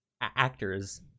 actors